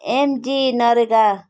MGNREGA